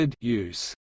use